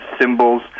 symbols